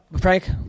Frank